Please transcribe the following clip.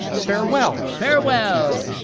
farewell, farewell.